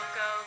go